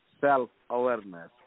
self-awareness